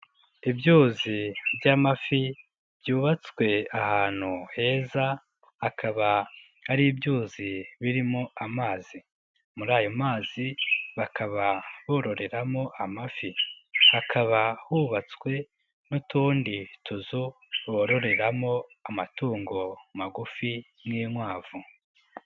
Ibyuzi by'amafi byubatswe ahantu heza hakaba ari ibyuzi birimo amazi, muri ayo mazi bakaba bororeramo amafi, hakaba hubatswe n'utundi tuzu bororeramo amatungo magufi nk'inkwavu.